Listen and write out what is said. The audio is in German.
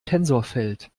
tensorfeld